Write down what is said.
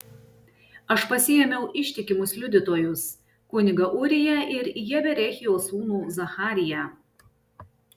aš pasiėmiau ištikimus liudytojus kunigą ūriją ir jeberechijo sūnų zachariją